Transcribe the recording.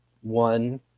one